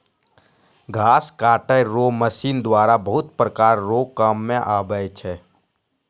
घास काटै रो मशीन द्वारा बहुत प्रकार रो काम मे आबै छै